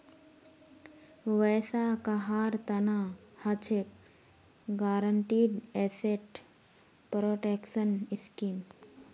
वैसा कहार तना हछेक गारंटीड एसेट प्रोटेक्शन स्कीम